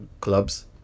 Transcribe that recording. clubs